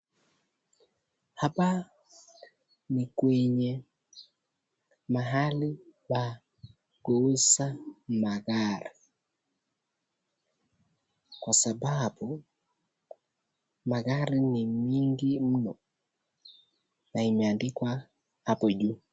Haoa ni kwenye mahali pa kuuza magari kwa sababu magari ni mingi mno na imeandikwa hapo juu.